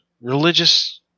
religious